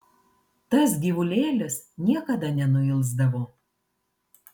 tas gyvulėlis niekada nenuilsdavo